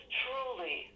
truly